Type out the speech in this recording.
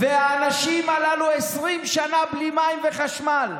והאנשים הללו 20 שנה בלי מים וחשמל,